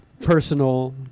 personal